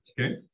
Okay